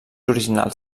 originals